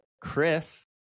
Chris